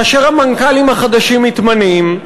כאשר המנכ"לים החדשים מתמנים,